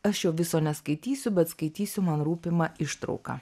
aš jo viso neskaitysiu bet skaitysiu man rūpimą ištrauką